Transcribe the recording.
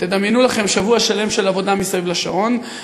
תדמיינו לכם שבוע שלם של עבודה מסביב לשעון,